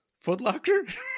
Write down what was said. footlocker